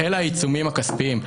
אלה העיצומים הכספיים.